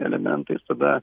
elementai tada